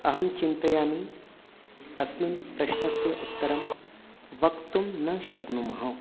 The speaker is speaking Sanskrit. अहं चिन्तयामि अस्मिन् प्रश्नस्य उत्तरं वक्तुं न शक्नुमः